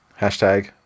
Hashtag